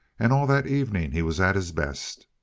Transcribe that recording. and all that evening he was at his best.